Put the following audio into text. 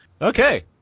okay